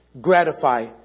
gratify